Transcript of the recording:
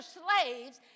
slaves